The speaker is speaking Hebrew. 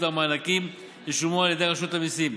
והמענקים ישולמו על ידי רשות המיסים.